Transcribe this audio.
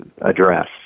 address